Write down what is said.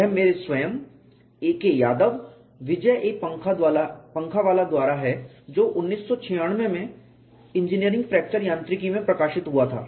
यह मेरे स्वयं एकेयादव विजय ए पंखवाला द्वारा है जो 1996 में इंजीनियरिंग फ्रैक्चर यांत्रिकी में प्रकाशित हुआ था